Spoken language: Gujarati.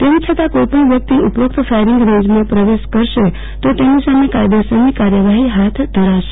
તેમ છતાં કોઇપણ વ્યકિત ઉપરોકત ફાયરીંગ રેંજમાં પ્રવેશશે તો તેની સામે કાયદેસરની કાર્યવાફી ફાથ ધરવામાં આવશે